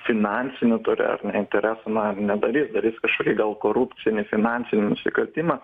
finansinių turi interesų na nedarys darys kažkokį gal korupcinį finansinį nusikaltimą